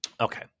Okay